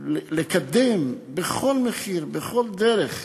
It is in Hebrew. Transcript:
לקדם בכל מחיר, בכל דרך,